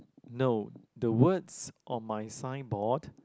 no the words on my signboard